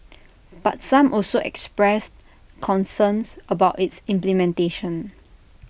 but some also expressed concerns about its implementation